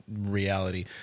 reality